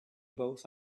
both